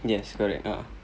yes correct a'ah